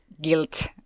guilt